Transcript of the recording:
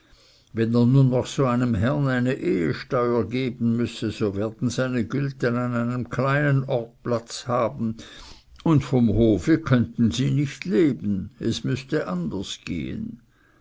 wenn er nun noch so einem herrn eine ehesteuer geben müsse so werden seine gülten an einem kleinen ort platz haben und vom hofe könnten sie nicht leben es müßte anders gehen